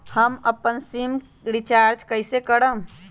हम अपन sim recharge कइसे करम?